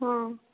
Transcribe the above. ହଁ